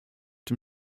dem